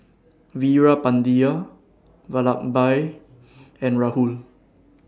Veerapandiya Vallabhbhai and Rahul